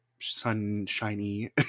sunshiny